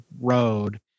road